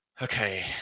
Okay